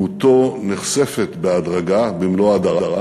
דמותו נחשפת בהדרגה במלוא הדרה,